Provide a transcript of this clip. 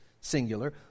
singular